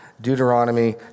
Deuteronomy